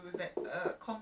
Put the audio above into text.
mmhmm